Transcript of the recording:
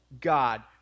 God